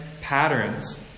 patterns